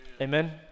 Amen